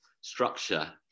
structure